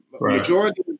Majority